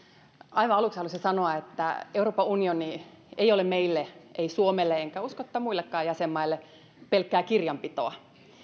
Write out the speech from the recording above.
aivan aluksi haluaisin sanoa että euroopan unioni ei ole meille ei suomelle enkä usko että muillekaan jäsenmaille pelkkää kirjanpitoa